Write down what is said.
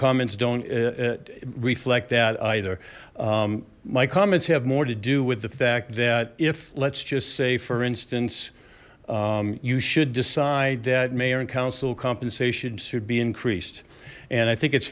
comments don't reflect that either my comments have more to do with the fact that if let's just say for instance you should decide that mayor and council compensation should be increased and i think it's